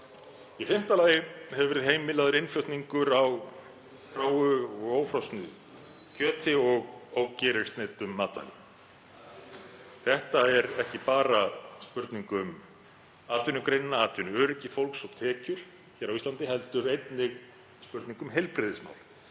Í fimmta lagi hefur verið heimilaður innflutningur á hráu, ófrosnu kjöti og ógerilsneyddum matvælum. Þetta er ekki bara spurning um atvinnugreinina, atvinnuöryggi fólks og tekjur á Íslandi, heldur einnig spurning um heilbrigðismál